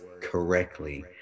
correctly